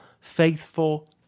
faithful